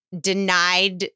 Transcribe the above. denied